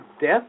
death